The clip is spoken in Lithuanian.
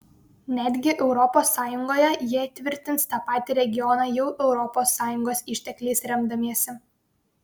netgi europos sąjungoje jie tvirtins tą patį regioną jau europos sąjungos ištekliais remdamiesi